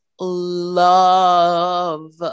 love